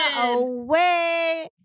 away